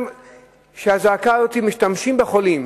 שמשתמשים בחולים,